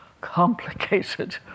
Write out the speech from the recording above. complicated